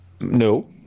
No